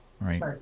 right